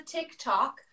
TikTok